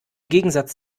gegensatz